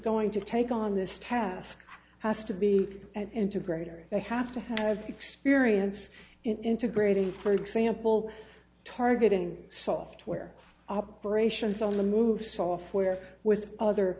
going to take on this task has to be an integrator they have to have experience in integrating for example targeting software operations on the move software with other